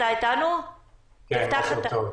בוקר טוב,